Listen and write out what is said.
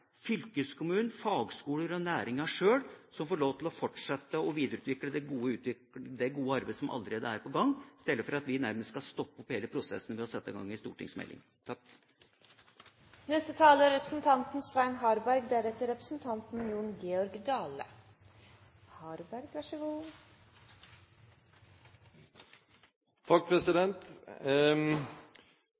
fylkeskommunen, fagskoler og næringen sjøl som får lov til å fortsette å videreutvikle det gode arbeidet som allerede er i gang, istedenfor at vi nærmest skal stoppe opp hele prosessen ved å sette i gang med en stortingsmelding. Representanten Aksel Hagen er